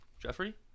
Jeffrey